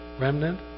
remnant